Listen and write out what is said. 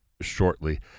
shortly